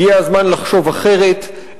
הגיע הזמן לחשוב אחרת,